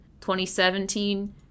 2017